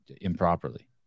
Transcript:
improperly